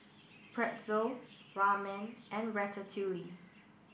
Pretzel Ramen and Ratatouille